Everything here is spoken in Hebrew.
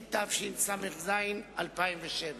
התשס"ז-2007.